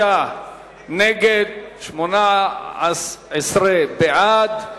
56 נגד, 18 בעד.